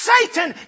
Satan